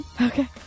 Okay